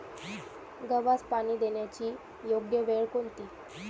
गव्हास पाणी देण्याची योग्य वेळ कोणती?